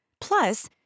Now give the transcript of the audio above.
Plus